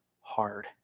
hard